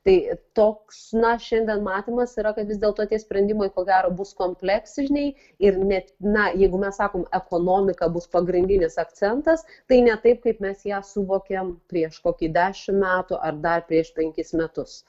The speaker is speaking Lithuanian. tai toks na šiandien matymas yra kad vis dėlto tie sprendimai ko gero bus kompleksiniai ir net na jeigu mes sakom ekonomika bus pagrindinis akcentas tai ne taip kaip mes ją suvokėm prieš kokį dešimt metų ar dar prieš penkis metus